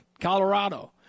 Colorado